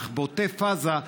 אך בעוטף עזה,